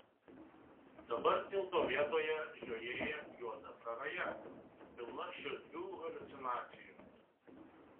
dabar tilto vietoje žiojėja juoda praraja pilna šiurpių haliucinacijų